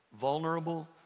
vulnerable